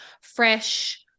fresh